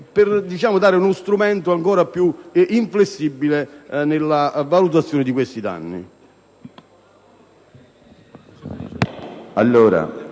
per dare uno strumento ancora più inflessibile nella valutazione di tali danni.